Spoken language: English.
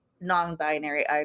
non-binary